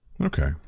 Okay